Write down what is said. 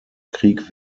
krieg